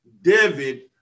David